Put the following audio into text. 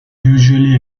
usually